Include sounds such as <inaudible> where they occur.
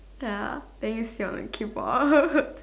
ya then you siao in K-pop <laughs>